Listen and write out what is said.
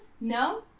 No